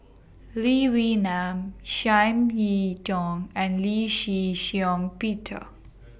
Lee Wee Nam Chiam Ying Tong and Lee Shih Shiong Peter